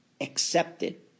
accepted